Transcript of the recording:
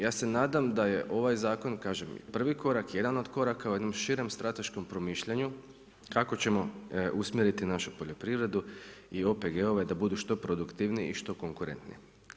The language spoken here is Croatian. Ja se nadam da je ovaj zakon prvi korak, jedan od koraka o jednom širem strateškom promišljanju kako ćemo usmjeriti našu poljoprivredu i OPG-ove da budu što produktivniji i što konkurentniji.